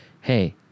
Hey